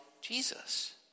Jesus